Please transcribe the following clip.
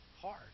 hard